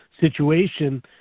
situation